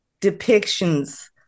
depictions